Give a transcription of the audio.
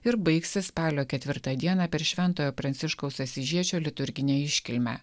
ir baigsis spalio ketvirtą dieną per šventojo pranciškaus asyžiečio liturginę iškilmę